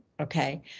Okay